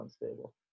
unstable